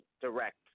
direct